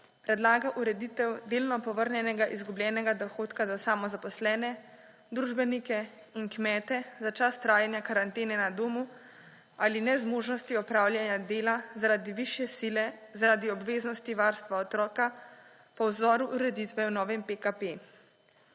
predlaga ureditev delno povrnjenega izgubljenega dohodka za samozaposlene, družbenike in kmete za čas trajanja karantene na domu ali nezmožnosti opravljanja dela zaradi višje sile zaradi obveznosti varstva otroka po vzoru ureditve v novem PKP.